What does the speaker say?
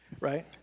right